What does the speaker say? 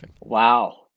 Wow